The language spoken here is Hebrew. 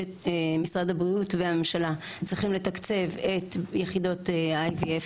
משרד הבריאות והממשלה צריכים לתקצב את יחידות ה-IVF